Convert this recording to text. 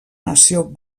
nació